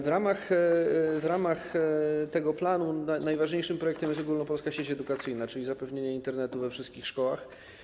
W ramach tego planu najważniejszym projektem jest Ogólnopolska Sieć Edukacyjna, czyli zapewnienie Internetu we wszystkich szkołach.